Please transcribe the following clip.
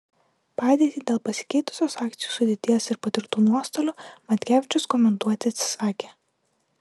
padėtį dėl pasikeitusios akcijų sudėties ir patirtų nuostolių matkevičius komentuoti atsisakė